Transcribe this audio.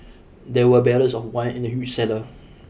there were barrels of wine in the huge cellar